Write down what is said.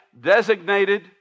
designated